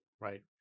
right